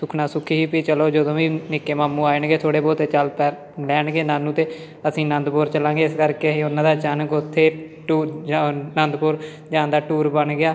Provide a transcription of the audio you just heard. ਸੁੱਖਨਾ ਸੁੱਖੀ ਸੀ ਵੀ ਚਲੋ ਜਦੋਂ ਵੀ ਨਿੱਕੇ ਮਾਮੂ ਆ ਜਾਣਗੇ ਥੋੜ੍ਹੇ ਬਹੁਤੇ ਚੱਲ ਪੈਰ ਲੈਣਗੇ ਨਾਨੂ ਤਾਂ ਅਸੀਂ ਆਨੰਦਪੁਰ ਚਲਾਂਗੇ ਇਸ ਕਰਕੇ ਉਹਨਾਂ ਦਾ ਅਚਾਨਕ ਉੱਥੇ ਟੂਰ ਜਿਹਾ ਆਨੰਦਪੁਰ ਜਾਣ ਦਾ ਟੂਰ ਬਣ ਗਿਆ